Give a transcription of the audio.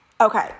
Okay